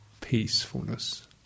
peacefulness